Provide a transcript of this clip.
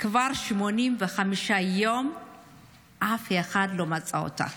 כבר 85 יום אף אחד לא מוצא אותה.